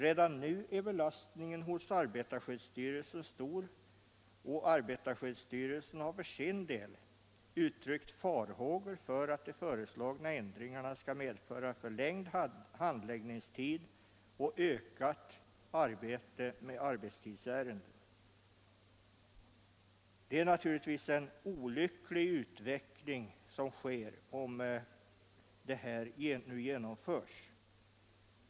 Redan nu är belastningen hos arbetarskyddsstyrelsen stor, och arbetarskyddsstyrelsen har för sin del uttryckt farhågor för att de föreslagna ändringarna skall medföra förlängd handläggningstid och ökat arbete med arbetstidsärenden. Det är naturligtvis en olycklig utveckling som sker om propositionens förslag genomförs.